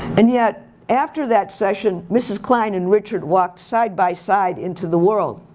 and yet, after that session, mrs. klein and richard walked side by side into the world.